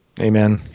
Amen